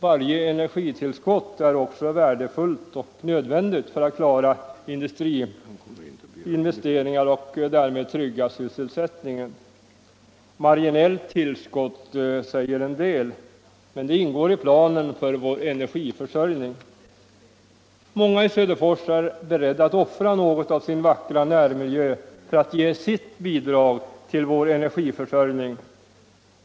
Varje energitillskott är också värdefullt och nödvändigt för att klara industriinvesteringar och därmed trygga sysselsättningen. Marginellt tillskott, säger en del, men det ingår i planerna för vår energiförsörjning. Många i Söderfors är beredda att offra något av sin vackra närmiljö för att ge sitt bidrag till vår energiförsörjning.